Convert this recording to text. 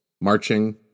marching